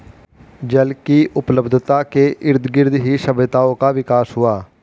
जल की उपलब्धता के इर्दगिर्द ही सभ्यताओं का विकास हुआ